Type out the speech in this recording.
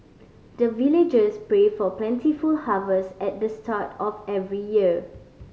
the villagers pray for plentiful harvest at the start of every year